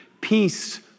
peace